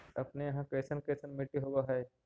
अपने यहाँ कैसन कैसन मिट्टी होब है?